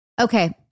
Okay